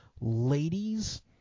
ladies